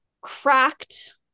cracked